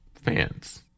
fans